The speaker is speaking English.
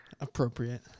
Appropriate